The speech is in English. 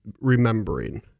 remembering